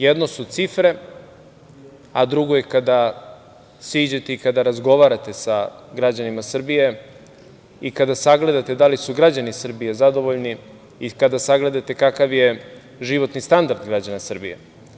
Jedno su cifre, a drugo je kada siđete i kada razgovarate sa građanima Srbije i kada sagledate da li su građani Srbije zadovoljni i kada sagledate kakav je životni standard građana Srbije.